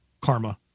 Karma